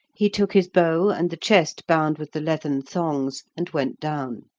he took his bow and the chest bound with the leathern thongs, and went down.